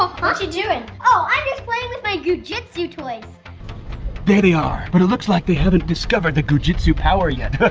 ah you doing? oh i'm just playing with my goo jitsu toys! there they are, but it looks like they haven't discovered the goo jitsu power yet!